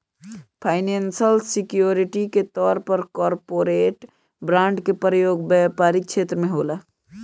financial security के तौर पर कॉरपोरेट बॉन्ड के प्रयोग व्यापारिक छेत्र में होला